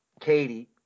Katie